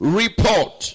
report